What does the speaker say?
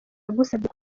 agusabye